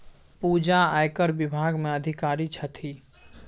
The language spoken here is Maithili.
पूजा आयकर विभाग मे अधिकारी छथि